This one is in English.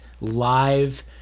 live